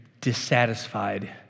dissatisfied